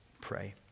pray